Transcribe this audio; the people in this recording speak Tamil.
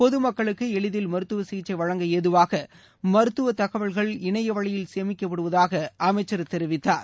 பொது மக்களுக்கு எளிதில் மருத்துவ சிகிச்சை வழங்க ஏதுவாக மருத்துவத் தகவல்கள் இணைய வழியில் சேமிக்கப்படுவதாக அமைச்சர் தெரிவித்தார்